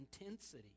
intensity